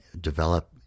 develop